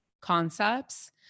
concepts